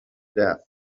death